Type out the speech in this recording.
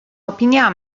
opinia